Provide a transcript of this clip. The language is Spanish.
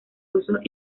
rusos